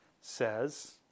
says